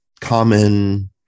common